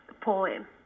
poem